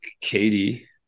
Katie